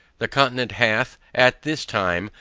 the continent hath, at this time,